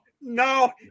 No